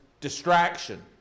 distraction